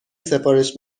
سفارش